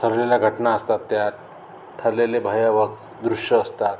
ठरलेल्या घटना असतात त्यात ठरलेले भयावक दृश्य असतात